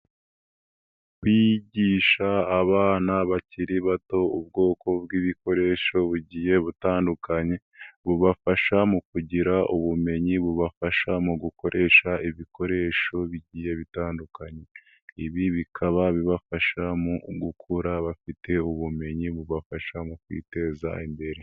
Kwigisha abana bakiri bato ubwoko bw'ibikoresho bugiye butandukanye, bubafasha mu kugira ubumenyi bubafasha mu gukoresha ibikoresho bigiye bitandukanye. Ibi bikaba bibafasha mu gukura bafite ubumenyi bubafasha mu kwiteza imbere.